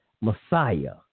Messiah